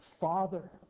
Father